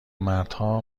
مردها